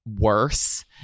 worse